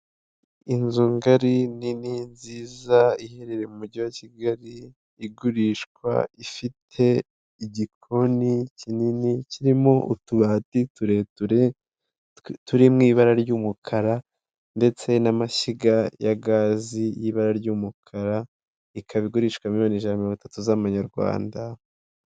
Inzu ngari, nini, nziza, iherereye mu mujyi wa Kigali, igurishwa, ifite igikoni kinini kirimo utubati tureture turi mu ibara ry'umukara ndetse n'amashyiga ya gazi y'ibara ry'umukara, ikaba igurishwa miliyoni ijana na mirongo itatu z'amanyarwanda.